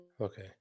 Okay